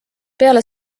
peale